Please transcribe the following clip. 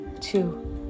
two